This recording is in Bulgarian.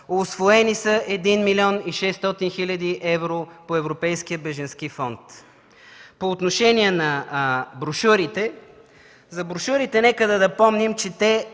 Усвоени са 1 млн. 600 хил. евро по Европейския бежански фонд. По отношение на брошурите. За брошурите нека напомним, че са